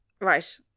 Right